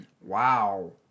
Wow